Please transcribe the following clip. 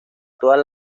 todas